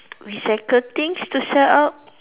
recycle things to sell up